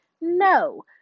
No